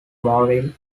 morrill